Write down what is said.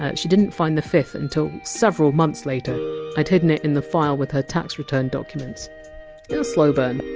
ah she didn! t find the fifth until several months later i! d hidden it in the file with her tax return documents you know so but and